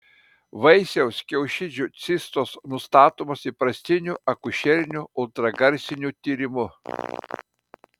vaisiaus kiaušidžių cistos nustatomos įprastiniu akušeriniu ultragarsiniu tyrimu